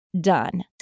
done